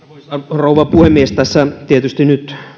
rouva puhemies tässä tietysti nyt